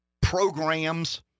programs